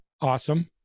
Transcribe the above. awesome